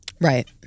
Right